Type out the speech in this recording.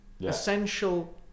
essential